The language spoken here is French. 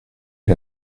est